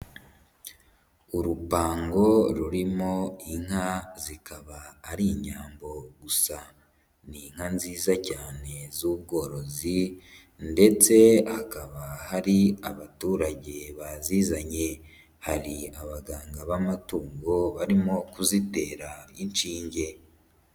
Urupango rurimo inka zikaba ari inyambo gusa ni inka nziza cyane z'ubworozi ndetse hakaba hari abaturage bazizanye hari abaganga b'amatungo barimo kuzitera inshinge.